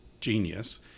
genius